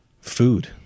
food